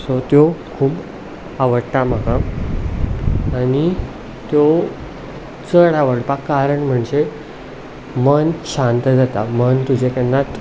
so त्यो खूब आवडटा म्हाका आनी त्यो चड आवडपाक कारण म्हणजे मन शांत जाता मन तुजें केन्नाच